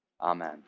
Amen